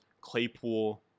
Claypool